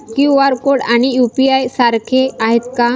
QR code आणि UPI सारखे आहेत का?